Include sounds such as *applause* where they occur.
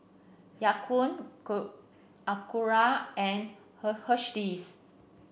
Ya Kun *unintelligible* Acura and *unintelligible* Hersheys